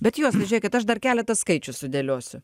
bet juozai žiūrėkit aš dar keletą skaičių sudėliosiu